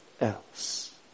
else